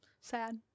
sad